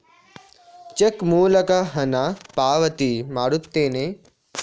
check ಮೂಲಕ ಹಣ ಪಾವತಿ ಮಾಡುತ್ತೇನೆ